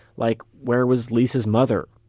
like, where was lisa's mother?